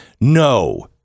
No